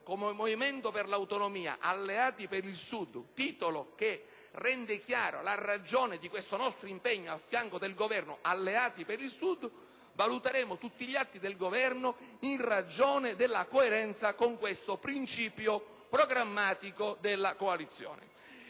come Movimento per le Autonomie-Alleati per il Sud (denominazione che rende chiara la ragione del nostro impegno a fianco del Governo), valuteremo tutti gli atti del Governo in ragione della coerenza con questo principio programmatico della coalizione.